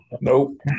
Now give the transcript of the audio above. nope